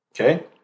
Okay